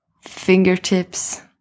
fingertips